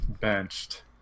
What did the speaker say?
benched